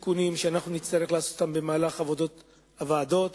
ונצטרך לעשות תיקונים במהלך עבודת הוועדות,